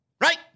right